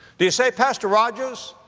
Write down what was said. do you say, pastor rogers,